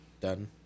done